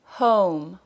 home